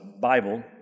Bible